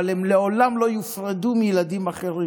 אבל הם לעולם לא יופרדו מילדים אחרים.